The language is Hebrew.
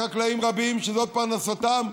בחקלאים רבים שזו פרנסתם,